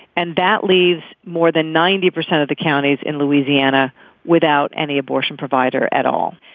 and that leaves more than ninety percent of the counties in louisiana without any abortion provider at all.